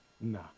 nah